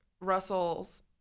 Russell's